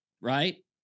right